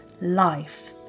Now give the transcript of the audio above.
life